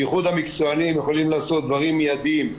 בייחוד המקצועניים, יכולים לעשות דברים מידיים.